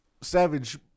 Savage